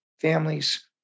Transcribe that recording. families